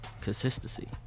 Consistency